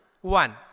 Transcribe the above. One